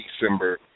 December